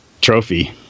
trophy